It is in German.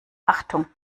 achtung